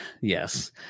Yes